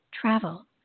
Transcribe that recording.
Travel